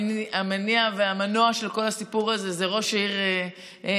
המניע והמנוע של כל הסיפור הזה הוא ראש העיר אילת,